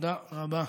תודה רבה.